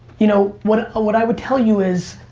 you know what ah what i would tell you is,